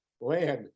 land